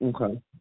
Okay